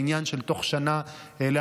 עניין של תוך שנה להשלים.